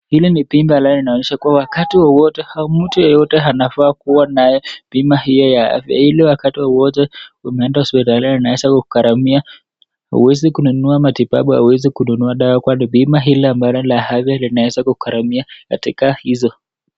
Hili ni bima linaonyesha kuwa wakati wowote au mtu yeyote anafaa kuwa nayo bima hii ya afya. ili wakati wowote umeenda hospitalini inaweza kugaramia. Huwezi kununua matibabu, hawezi kununua dawa kwani bima ile ambayo la afya linaweza kugaramia katika hizo.